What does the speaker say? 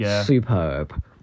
superb